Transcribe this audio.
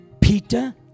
Peter